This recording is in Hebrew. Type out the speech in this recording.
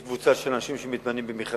יש קבוצה של אנשים שמתמנים במכרזים,